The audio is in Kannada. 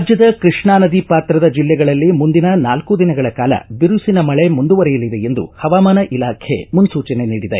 ರಾಜ್ಯದ ಕೃಷ್ಣಾ ನದಿ ಪಾತ್ರದ ಜಿಲ್ಲೆಗಳಲ್ಲಿ ಮುಂದಿನ ನಾಲ್ಕು ದಿನಗಳ ಕಾಲ ಬಿರುಸಿನ ಮಳೆ ಮುಂದುವರೆಯಲಿದೆ ಎಂದು ಹವಾಮಾನ ಇಲಾಖೆ ಮುನ್ನೂಚನೆ ನೀಡಿದೆ